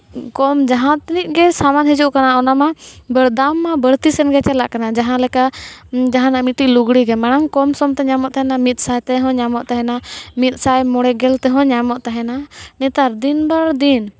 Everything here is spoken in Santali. ᱠᱚᱢ ᱡᱟᱦᱟᱸ ᱛᱤᱱᱟᱹᱜ ᱜᱮ ᱥᱟᱢᱟᱱ ᱦᱤᱡᱩᱜ ᱠᱟᱱᱟ ᱚᱱᱟ ᱢᱟ ᱫᱟᱢ ᱢᱟ ᱵᱟᱹᱲᱛᱤ ᱥᱮᱱᱜᱮ ᱪᱟᱞᱟᱜ ᱠᱟᱱᱟ ᱡᱟᱦᱟᱸᱞᱮᱠᱟ ᱡᱟᱦᱟᱱᱟᱜ ᱢᱤᱫᱴᱤᱡ ᱞᱩᱜᱽᱲᱤᱡᱜᱮ ᱢᱟᱲᱟᱝ ᱠᱚᱢᱥᱚᱢᱛᱮ ᱧᱟᱢᱚᱜ ᱛᱟᱦᱮᱱᱟ ᱢᱤᱫ ᱥᱟᱭ ᱛᱮᱦᱚᱸ ᱧᱟᱢᱚᱜ ᱛᱟᱦᱮᱱᱟ ᱢᱤᱫ ᱥᱟᱭ ᱢᱚᱬᱮ ᱜᱮᱞ ᱛᱮᱦᱚᱸ ᱧᱟᱢᱚᱜ ᱛᱟᱦᱮᱱᱟ ᱱᱮᱛᱟᱨ ᱫᱤᱱ ᱫᱚᱨ ᱫᱤᱱ